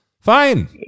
Fine